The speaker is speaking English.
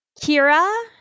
Kira